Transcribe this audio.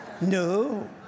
No